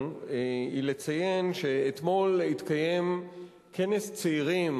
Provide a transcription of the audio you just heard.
היא שרציתי לציין שאתמול התקיים כנס צעירים,